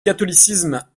catholicisme